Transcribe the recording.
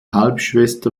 halbschwester